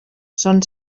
són